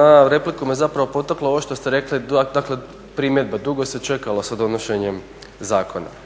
na repliku me zapravo potaklo ovo što ste rekli dakle primjedba dugo se čekalo sa donošenjem zakona.